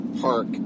park